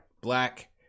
Black